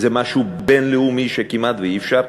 זה משהו בין-לאומי שכמעט אי-אפשר,